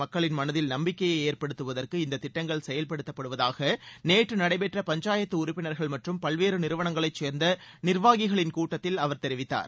மக்களின் மனதில் நம்பிக்கையை ஏற்படுத்துவதற்கு இந்தத் திட்டங்கள் ஐம்மு செயல்படுத்தப்படுவதாக நேற்று நடைபெற்ற பஞ்சாயத்து உறுப்பினர்கள் மற்றும் பல்வேறு நிறுவனங்களைச் சேர்ந்த நிர்வாகிகளின் கூட்டத்தில் அவர் தெரிவித்தார்